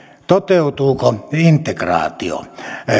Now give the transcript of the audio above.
toteutuuko integraatio